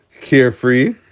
carefree